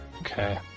Okay